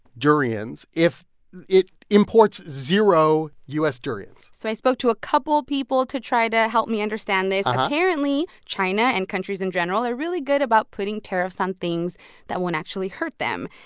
durians if it imports zero u s. durians? so i spoke to a couple people to try to help me understand this. apparently, china and countries in general are really good about putting tariffs on things that won't actually hurt them.